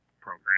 Program